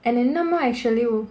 and then no one actually would